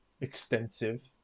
extensive